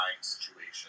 situation